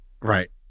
right